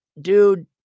dude